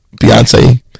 Beyonce